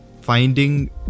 finding